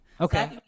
Okay